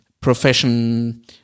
profession